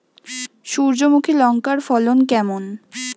সূর্যমুখী লঙ্কার ফলন কেমন?